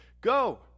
Go